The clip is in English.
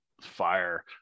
Fire